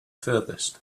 furthest